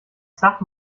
zach